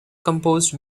composed